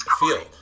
feel